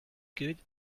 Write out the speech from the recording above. good